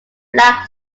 black